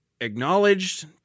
acknowledged